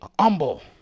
humble